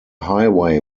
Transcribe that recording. highway